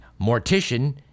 mortician